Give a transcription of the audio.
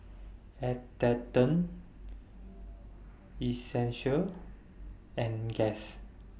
Atherton Essential and Guess